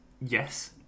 Yes